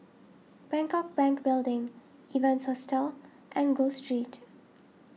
Bangkok Bank Building Evans Hostel and Gul Street